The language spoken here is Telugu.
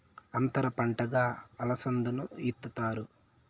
అంతర పంటగా అలసందను ఇత్తుతారు